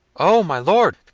oh! my lord!